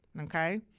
Okay